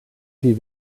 wie